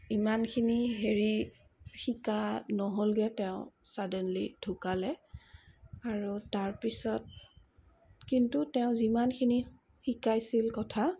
ইমানখিনি হেৰি শিকা নহ'লগৈ তেওঁ চাডেনলি ঢুকালে আৰু তাৰ পিছত কিন্তু তেওঁ যিমানখিনি শিকাইছিল কথা